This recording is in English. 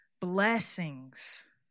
Blessings